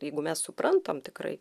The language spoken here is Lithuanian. jeigu mes suprantam tikrai